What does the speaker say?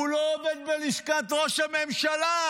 הוא לא עובד בלשכת ראש הממשלה.